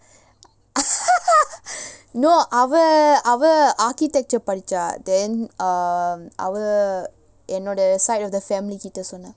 no அவ அவ:ava ava architecture படிச்சா:padichaa then err அவ என்னோட:ava ennoda side of the family கிட்ட சொன்னா:kitta sonna